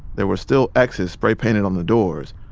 there were still x's spray-painted on the doors,